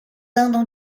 andam